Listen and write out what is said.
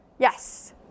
Yes